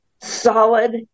solid